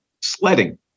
sledding